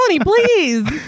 please